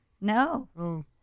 No